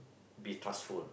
be trustful